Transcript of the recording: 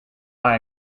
are